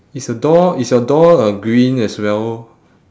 is a door is your door uh green as well